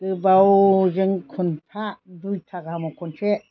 गोबावजों खनफा दुइथा गाहामाव खनसे